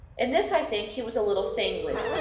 in this i think he was a little sanguine.